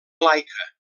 laica